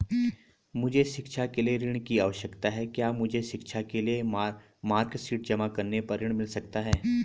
मुझे शिक्षा के लिए ऋण की आवश्यकता है क्या मुझे शिक्षा के लिए मार्कशीट जमा करने पर ऋण मिल सकता है?